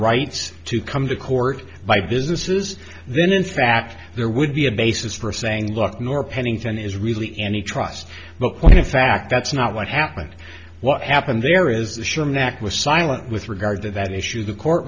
rights to come to court by businesses then in fact there would be a basis for saying look nor pennington is really any trust but when in fact that's not what happened what happened there is the sherman act was silent with regard to that issue the court